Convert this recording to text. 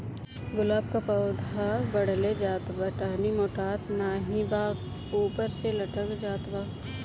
गुलाब क पौधा बढ़ले जात बा टहनी मोटात नाहीं बा ऊपर से लटक जात बा?